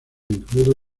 incluido